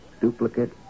duplicate